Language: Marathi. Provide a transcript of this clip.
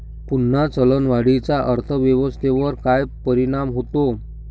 पुन्हा चलनवाढीचा अर्थव्यवस्थेवर काय परिणाम होतो